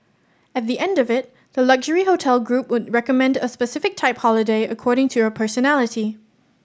at the end of it the luxury hotel group would recommend a specific type holiday according to your personality